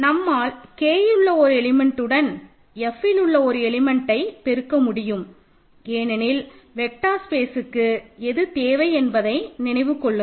நம்மால் K இல் உள்ள ஒரு எலிமெண்ட்ஸ்டுடன் Fஇல் உள்ள எலிமெண்ட்டை பெருக்க முடியும் ஏனெனில் வெக்டர் ஸ்பேஸ்க்கு எது தேவை என்பதை நினைவு கொள்ளுங்கள்